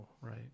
right